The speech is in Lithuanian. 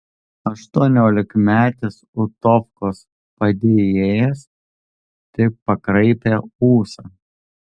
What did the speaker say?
aštuoniolikmetis utovkos padėjėjas tik pakraipė ūsą